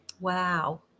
Wow